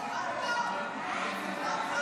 הכרה במדינה פלסטינית לא נתקבלה.